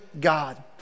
God